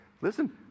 listen